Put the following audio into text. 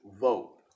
vote